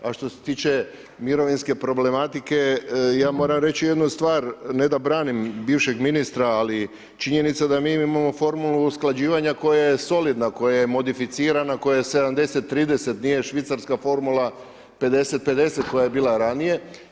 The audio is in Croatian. A što se tiče mirovinske problematike, ja moram reći jednu stvar, ne da branim bivšeg ministra ali činjenica da mi imamo formu usklađivanja koja je solidna, koja je modificirana, koja je 70:30, nije švicarska formula 50:50 koja je bila ranije.